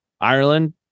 Ireland